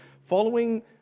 following